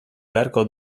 beharko